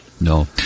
No